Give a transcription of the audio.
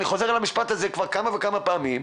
אני חוזר על המשפט הזה כמה וכמה פעמים,